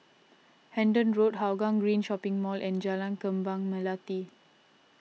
Hendon Road Hougang Green Shopping Mall and Jalan Kembang Melati